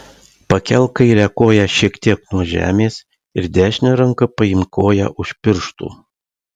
pakelk kairę koją šiek tiek nuo žemės ir dešine ranka paimk koją už pirštų